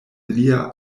lia